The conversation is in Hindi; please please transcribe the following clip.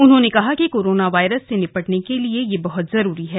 उन्होंने कहा कि कोरोना वायरस से निपटने के लिए यह बहत जरूरी है